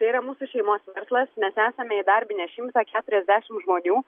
tai yra mūsų šeimos verslas mes esame įdarbinę šimtą keturiasdešim žmonių